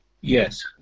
Yes